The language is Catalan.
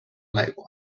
l’aigua